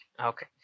Okay